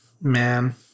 man